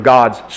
God's